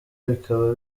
bikaba